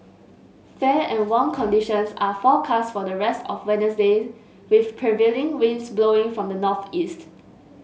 fair and warm conditions are forecast for the rest of Wednesday with prevailing winds blowing from the northeast